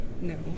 no